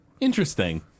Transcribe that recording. Interesting